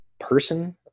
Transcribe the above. person